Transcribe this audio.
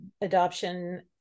adoption